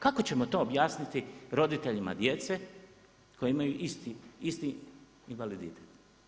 Kako ćemo to objasniti roditeljima djece koji imaju isti invaliditet?